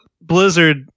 blizzard